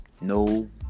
No